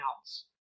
else